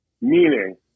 Meaning